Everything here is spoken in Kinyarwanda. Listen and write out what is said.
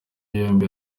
yombi